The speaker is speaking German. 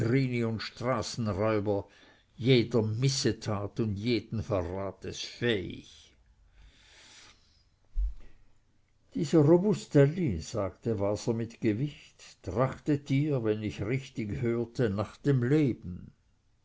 straßenräuber jeder missetat und jeden verrates fähig dieser robustelli sagte waser mit gewicht trachtet dir wenn ich richtig hörte nach dem leben